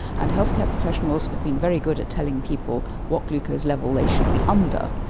and healthcare professionals have been very good at telling people what glucose level they should be under.